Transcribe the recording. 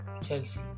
Chelsea